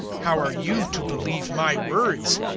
how are you to believe my words?